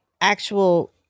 actual